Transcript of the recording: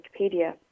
Wikipedia